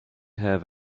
have